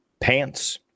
pants